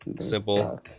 simple